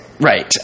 Right